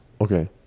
Okay